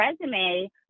resume